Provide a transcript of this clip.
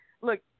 Look